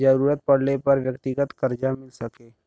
जरूरत पड़ले पर व्यक्तिगत करजा मिल सके